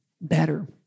better